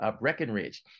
Breckenridge